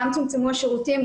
גם צומצמו השירותים,